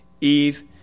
Eve